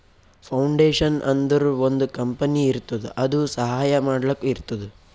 foundation ಅಂದುರ್ ಒಂದ್ company ಇರ್ತುದ್ ಅದು ಸಹಾಯ ಮಾಡ್ಲಕ್ ಇರ್ತುದ್